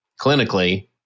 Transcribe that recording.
clinically